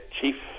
chief